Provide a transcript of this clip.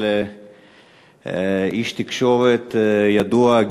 של איש תקשורת ידוע,